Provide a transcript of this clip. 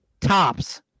Tops